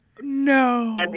no